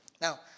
Now